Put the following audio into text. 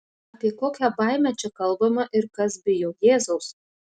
apie kokią baimę čia kalbama ir kas bijo jėzaus